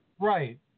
Right